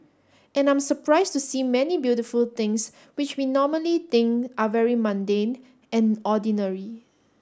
and I'm surprise to see many beautiful things which we normally think are very mundane and ordinary